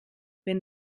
wenn